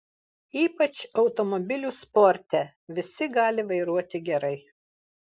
ypač automobilių sporte visi gali vairuoti gerai